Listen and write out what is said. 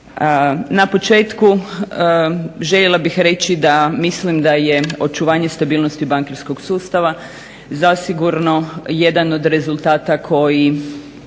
Na početku željela bih reći da mislim da je očuvanje stabilnosti bankarskog sustava zasigurno jedan od rezultata koji